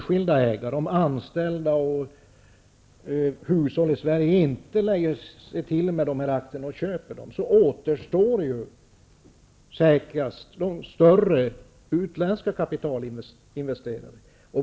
Sverige, inte köper de här aktierna, återstår med säkerhet större utländska kapitalinvesterare.